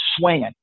swinging